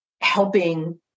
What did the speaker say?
helping